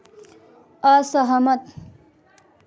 असहमत